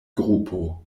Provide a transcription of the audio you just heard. grupo